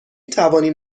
توانیم